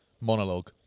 monologue